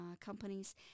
companies